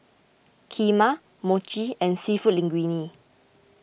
Kheema Mochi and Seafood Linguine